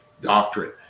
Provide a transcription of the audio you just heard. doctrine